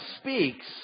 speaks